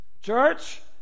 Church